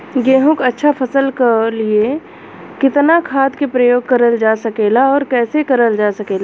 गेहूँक अच्छा फसल क लिए कितना खाद के प्रयोग करल जा सकेला और कैसे करल जा सकेला?